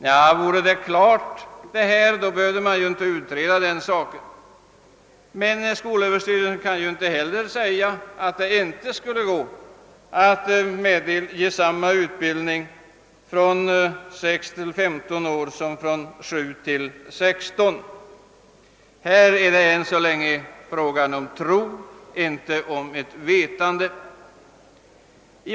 Ja, vore detta klart, behövde man inte utreda frågan. Skolöverstyrelsen kan inte heller hävda att det inte skulle kunna gå att ge samma utbildning från 6 till 15 år som från 7 till 16 år. Här är det än så länge fråga om tro, inte om vetande.